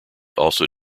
also